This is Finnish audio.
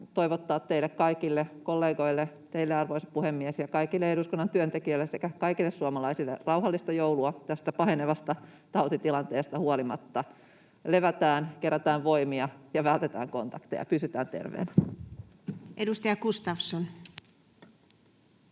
toivottaa teille kaikille — kollegoille, teille, arvoisa puhemies, ja kaikille eduskunnan työntekijöille sekä kaikille suomalaisille — rauhallista joulua tästä pahenevasta tautitilanteesta huolimatta. Levätään, kerätään voimia ja vältetään kontakteja — pysytään terveinä. [Speech 37]